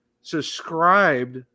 subscribed